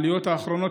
העליות האחרונות,